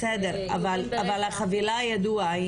אבל החבילה ידוע,